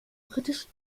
britisch